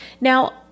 Now